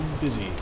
busy